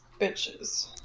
bitches